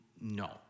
No